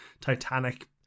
Titanic